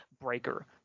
breaker